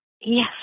Yes